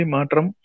Matram